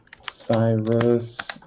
Cyrus